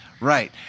right